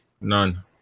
None